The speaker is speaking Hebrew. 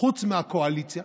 חוץ מהקואליציה?